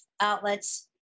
outlets